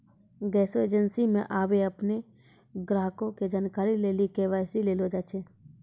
गैसो एजेंसी मे आबे अपनो ग्राहको के जानकारी लेली के.वाई.सी लेलो जाय छै